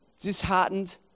disheartened